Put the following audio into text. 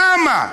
למה?